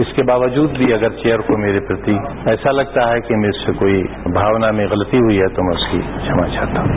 इसके बावजूद भी अगर चेयर को मेरे प्रति ऐसा लगता है कि मुझ से भावना में कोई गलती हुई तो मैं उसकी क्षमा चाहता हूं